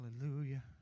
Hallelujah